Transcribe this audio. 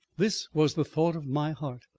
this was the thought of my heart.